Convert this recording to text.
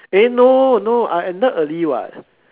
eh no no I ended early [what]